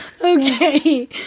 Okay